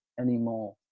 anymore